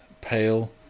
pale